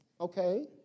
okay